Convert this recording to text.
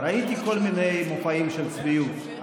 ראיתי כל מיני מופעים של צביעות,